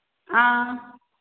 ꯑꯥ